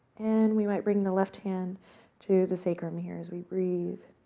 and we might bring the left hand to the sacrum here as we breathe.